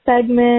segment